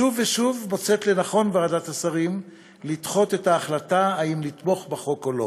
שוב ושוב מוצאת לנכון ועדת השרים לדחות את ההחלטה אם לתמוך בחוק או לא.